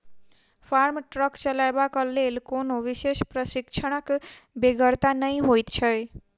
farm truck चलयबाक लेल कोनो विशेष प्रशिक्षणक बेगरता नै होइत छै